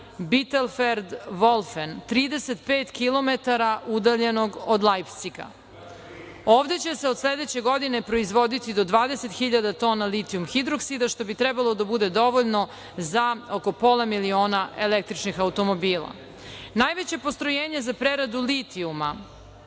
Biterfeld-Volfen, 35 km udaljenog Lajpciga. Ovde će se od sledeće godine proizvoditi do 20.000 tona litijum-hidroksida što bi trebalo da bude dovoljno za oko pola miliona električnih automobila. Najveće postrojenje za preradu litijuma